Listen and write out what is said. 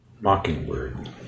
Mockingbird